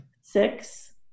Six